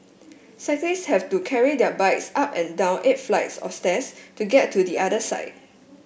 cyclists have to carry their bikes up and down eight flights of stairs to get to the other side